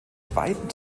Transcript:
weiten